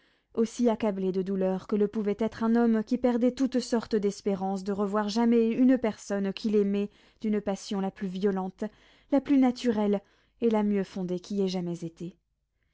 aussi accablé de douleur que le pouvait être un homme qui perdait toutes sortes d'espérances de revoir jamais une personne qu'il aimait d'une passion la plus violente la plus naturelle et la mieux fondée qui ait jamais été